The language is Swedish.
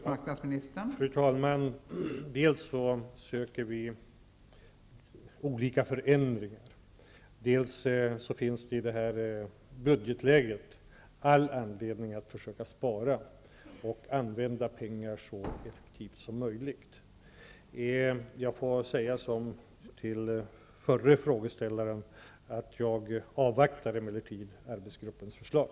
Fru talman! Dels söker vi olika förändringar, dels finns det i rådande budgetläge all anledning att försöka spara och använda pengar så effektivt som möjligt. Jag säger, precis som jag sade till den förre frågeställaren, att jag emellertid avvaktar arbetsgruppens förslag.